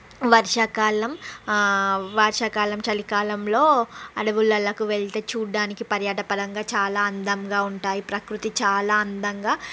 వర్షాకాలం వర్షాకాలం చలికాలంలో అడవులలకు వెళితే చూడ్డానికి పర్యాటక పదంగా చాలా అందంగా ఉంటాయి ప్రకృతి చాలా అందంగా